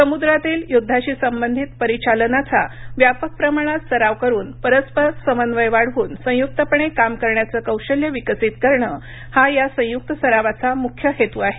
समुद्रातील युद्धाशी संबंधित परिचालनाचा व्यापक प्रमाणात सराव करून परस्पर समन्वय वाढवून संयुकपणे काम करण्याचं कौशल्य विकसित करणं हा या संयुक्त सरावाचा मुख्य हेतू आहे